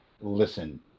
listen